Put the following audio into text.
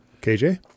KJ